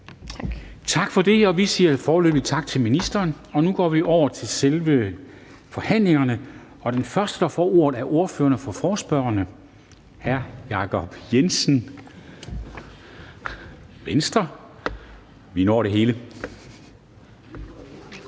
Tak for det, og vi siger foreløbig tak til ministeren. Nu går vi over til selve forhandlingerne, og den første, der får ordet, er ordføreren for forespørgerne, hr. Jacob Jensen, Venstre. Vi når det hele –